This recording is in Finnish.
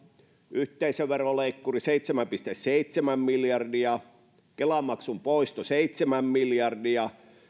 yhteisöveroleikkuri seitsemän pilkku seitsemän miljardia kela maksun poisto seitsemän miljardia